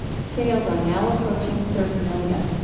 sales are now approaching thirty million.